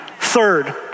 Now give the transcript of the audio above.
Third